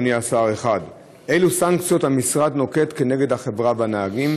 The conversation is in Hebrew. אדוני השר: 1. אילו סנקציות המשרד נוקט כנגד החברה והנהגים?